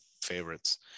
favorites